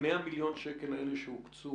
ה-100 מיליון שקלים האלה שהוקצו